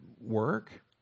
work